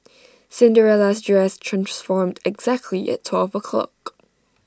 Cinderella's dress transformed exactly at twelve o'clock